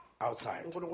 outside